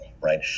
Right